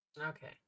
Okay